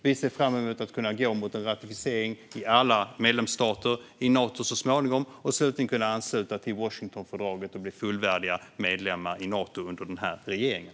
Vi ser fram emot att kunna gå mot en ratificering i alla medlemsstater i Nato så småningom och slutligen kunna ansluta till Washingtonfördraget och bli fullvärdiga medlemmar i Nato under den här regeringen.